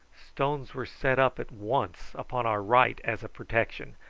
stones were set up at once upon our right as a protection,